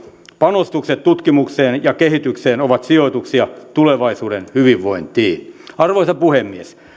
panostukset tutkimukseen ja kehitykseen ovat sijoituksia tulevaisuuden hyvinvointiin arvoisa puhemies